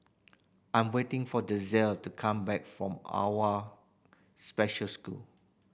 I'm waiting for Denzell to come back from Special School